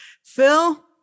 Phil